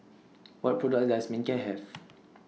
What products Does Manicare Have